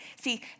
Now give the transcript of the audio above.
See